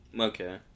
okay